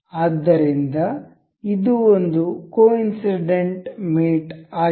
ಆದ್ದರಿಂದ ಇದು ಒಂದು ಕೊಇನ್ಸಿಡೆಂಟ್ ಮೇಟ್ ಆಗಿತ್ತು